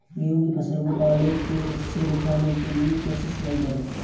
गेहूँ की फसल को पाले से बचाने के लिए कैसे सिंचाई करें?